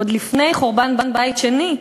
עוד לפני חורבן בית שני,